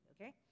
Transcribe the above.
okay